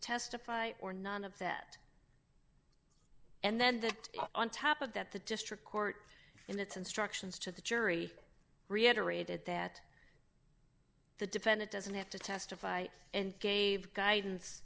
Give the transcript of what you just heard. testify or none of that and then on top of that the district court and its instructions to the jury reiterated that the defendant doesn't have to testify and gave guidance